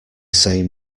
same